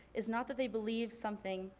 is not that they believe something,